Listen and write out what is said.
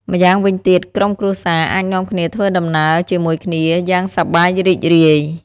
ម្យ៉ាងវិញទៀត ក្រុមគ្រួសារអាចនាំគ្នាធ្វើដំណើរជាមួយគ្នាយ៉ាងសប្បាយរីករាយ។